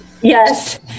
Yes